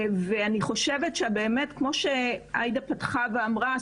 ואני חושבת שבאמת כמו שעאידה פתחה ואמרה,